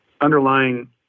underlying